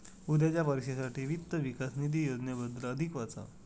उद्याच्या परीक्षेसाठी वित्त विकास निधी योजनेबद्दल अधिक वाचा